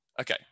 Okay